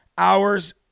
Hours